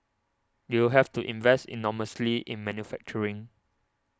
you have to invest enormously in manufacturing